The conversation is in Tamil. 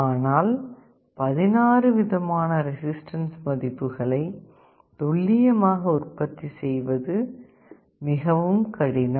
ஆனால் 16 விதமான ரெசிஸ்டன்ஸ் மதிப்புகளை துல்லியமாக உற்பத்தி செய்வது மிகவும் கடினம்